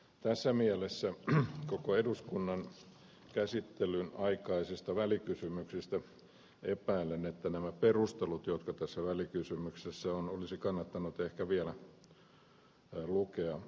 tässä mielessä koko eduskunnan käsittelyn aikaisesta välikysymyksestä epäilen että nämä perustelut jotka tässä välikysymyksessä ovat olisi kannattanut ehkä vielä lukea uudestaan